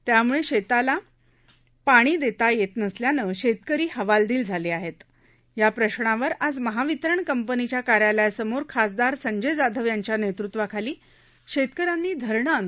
त्यामुळे शेतीला पाण देता येत नसल्यानं शेतकरी हवालदिल झाले आहेत या प्रश्नावर आज महावितरण कंपनीच्या कार्यालयासमोर खासदार संजय जाधव यांच्या नेतृत्वाखाली शेतकऱ्यांनी धरणं आंदोलन केलं